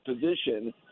position